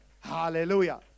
Hallelujah